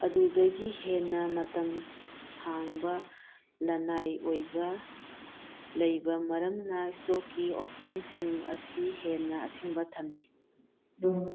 ꯑꯗꯨꯗꯒꯤ ꯍꯦꯟꯅ ꯃꯇꯝ ꯁꯥꯡꯕ ꯂꯟꯅꯥꯏ ꯑꯣꯏꯕ ꯂꯩꯕ ꯃꯔꯝꯅ ꯏꯁꯇꯣꯛꯀꯤ ꯑꯣꯞꯁꯟꯁꯤꯡ ꯑꯁꯤ ꯍꯦꯟꯅ ꯑꯊꯤꯡꯕ ꯊꯝꯂꯤ